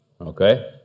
Okay